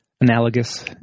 analogous